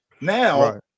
Now